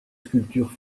sculptures